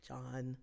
John